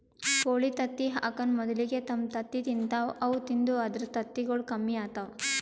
ಕೋಳಿ ತತ್ತಿ ಹಾಕಾನ್ ಮೊದಲಿಗೆ ತಮ್ ತತ್ತಿ ತಿಂತಾವ್ ಅವು ತಿಂದು ಅಂದ್ರ ತತ್ತಿಗೊಳ್ ಕಮ್ಮಿ ಆತವ್